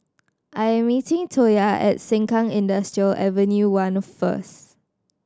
I'm meeting Toya at Sengkang Industrial Avenue One first